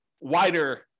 wider